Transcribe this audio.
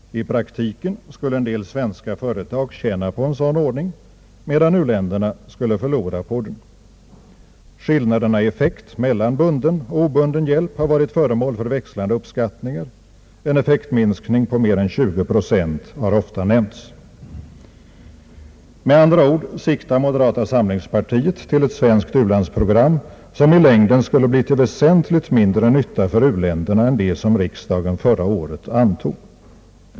I praktiken skulle en del svenska företag tjäna på en sådan ordning, medan u-länderna skulle förlora på den. Skillnaderna i effekt mellan bunden och obunden hjälp har varit föremål för växlande uppskattningar. En effektminskning på mer än 20 procent har ofta nämnts. Med andra ord siktar moderata samlingspartiet till ett svenskt u-landsprogram som i längden skulle bli till väsentligt mindre nytta för uländerna än det som riksdagen förra året antog.